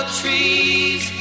trees